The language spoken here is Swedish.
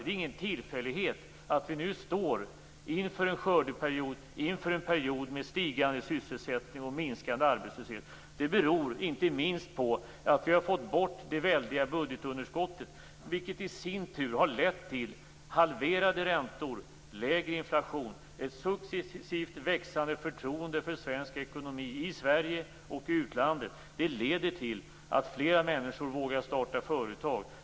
Det är ingen tillfällighet att vi nu står inför en skördeperiod, en period med stigande sysselsättning och minskande arbetslöshet. Det beror inte minst på att vi har fått bort det väldiga budgetunderskottet, vilket i sin tur har lett till halverade räntor, lägre inflation, ett successivt växande förtroende för svensk ekonomi i Sverige och i utlandet. Det leder till att fler människor vågar starta företag.